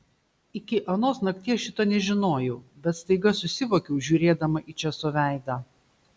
iki anos nakties šito nežinojau bet staiga susivokiau žiūrėdama į česo veidą